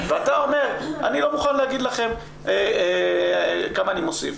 ואתה אומר: אני לא מוכן להגיד לכם כמה אני מוסיף.